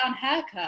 haircut